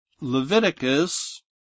Leviticus